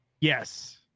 Yes